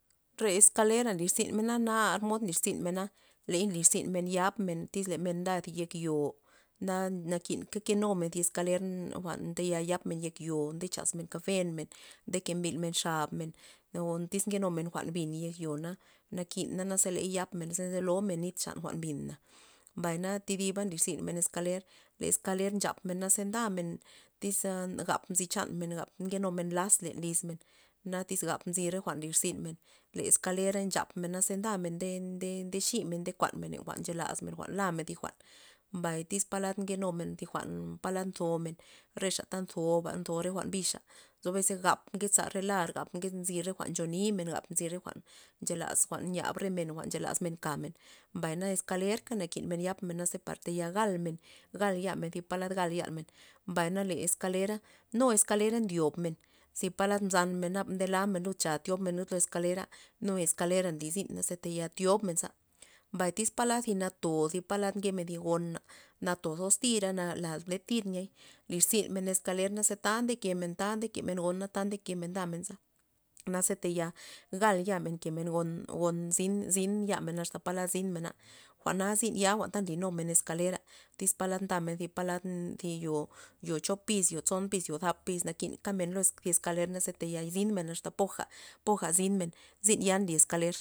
Re eskalera nlirzynmen nar mod nlirzynmena, ley nlirzyn yap men tyz ley ndamen thi yek yo', na- nakin kamena kenum thi eskaler jwa'n tayal yapmen yek yo nde chasmen kafen men nde mbilmen xabmen o tyz nkenumen jwa'n bin yek yo'na nakina na ze ley yap men ze ndelomen nit chan jwa'n bina, mbay thi diba nlirzynmen eskaler, le eskaler nchapmen ze ndamen tyz gap nzy chanmen gap nke numen laz len lyzmen na tyz gap nzy re jwa'n nlirzymen le eskalera nchapmen naze ndamen nde- nde nde ximen nde kuanmen jwa'n nchelaz men jwa'n lamen' thi jwa'n, mbay tyz palad nkenumen thi jwa'n palad ntomen re xa ta ntoba re jwa'n bixa nzo bes ze gap nke zaxa ler gap nzy re jwa'n ncho ni menba gap nzy re jwa'n nchelazmen jwa'n nyab re men nchelazmen kamen, mbayna eskalr nakinmen yapmen par tayal gal men gal yamen thi palad gal yamen, mbay na le eskalera nu eskalera ndyob men zi palad nzamen nde lamen cha tyobmen lud lo eskalera nu eskalera nly zyn ze tayal thiobmen za mbay tyz palad thi nato zi palad nkemen zi gona nato zostira lad ble tir niay lirzyn eskaler ze ta nkemen ta ndeken gon na ta nkemen ndamen za naze tayal gal yamen kemen gon- gon zyn- zyn yamen asta palad zynmena jwa'na zyn ya nlinumen eskalera tyz palad ndamen tyz thi yo- yo chop pis yo tson pis tsap pis nakin kamen thi eskaler naze tayal zynmen asta poja- poja zynmen zyn ya nli eskaler.